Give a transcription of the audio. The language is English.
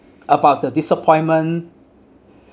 about the disappointment